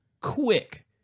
quick